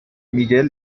miguel